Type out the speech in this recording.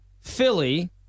Philly